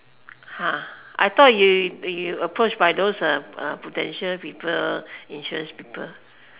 I thought you approach by those prudential people insurance people